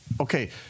okay